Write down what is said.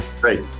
Great